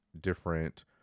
different